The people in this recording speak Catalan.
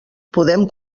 podem